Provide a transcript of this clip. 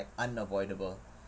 like unavoidable